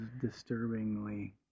disturbingly